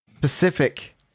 Pacific